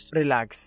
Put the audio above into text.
relax